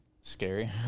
Scary